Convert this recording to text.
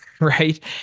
Right